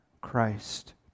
Christ